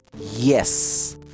Yes